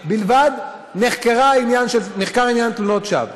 בלבד, נחקר העניין של תלונות שווא,